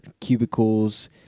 cubicles